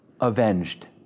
avenged